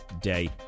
day